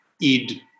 id